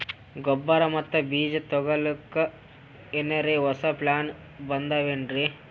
ಗೊಬ್ಬರ ಮತ್ತ ಬೀಜ ತೊಗೊಲಿಕ್ಕ ಎನರೆ ಹೊಸಾ ಪ್ಲಾನ ಬಂದಾವೆನ್ರಿ?